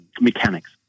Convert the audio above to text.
mechanics